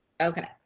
Okay